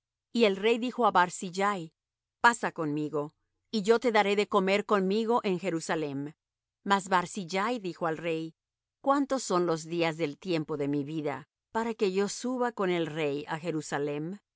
y el rey dijo á barzillai pasa conmigo y yo te daré de comer conmigo en jerusalem mas barzillai dijo al rey cuántos son los días del tiempo de mi vida para que yo suba con el rey á jerusalem